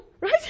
Right